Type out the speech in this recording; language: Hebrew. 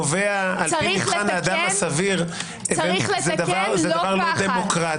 קובע על פי מבחן האדם הסביר זה דבר לא דמוקרטי,